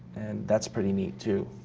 and that's pretty neat too.